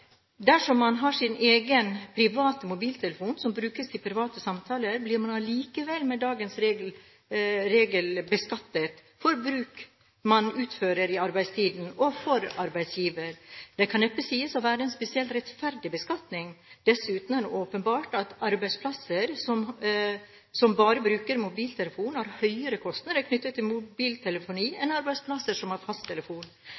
Dersom man har sin egen private mobiltelefon og bruker den til private samtaler, blir man likevel med dagens regelverk beskattet for bruk man utfører i arbeidstiden – og for arbeidsgiver. Det kan neppe sies å være en spesielt rettferdig beskatning. Dessuten er det åpenbart at arbeidsplasser som bare bruker mobiltelefon, har høyere kostnader knyttet til mobiltelefoni